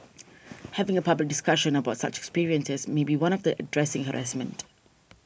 having a public discussion about such experiences may be one of the addressing harassment